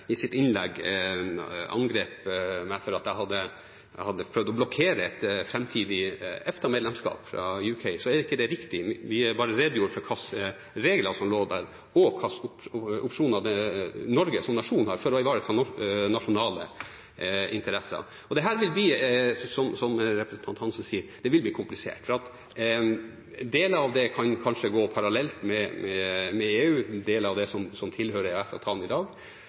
i sitt innlegg meg fordi jeg hadde prøvd å blokkere et framtidig EFTA-medlemskap fra Storbritannia. Det er ikke riktig, vi bare redegjorde for hva slags regler som lå der, og hva slags opsjoner Norge som nasjon har for å ivareta nasjonale interesser. Dette vil, som representanten Hansen sier, bli komplisert, for deler av det kan kanskje gå parallelt med EU, deler av det som tilhører EØS-avtalen i dag.